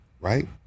Right